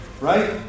Right